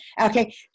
okay